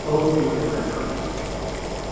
okay okay welcome